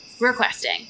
Requesting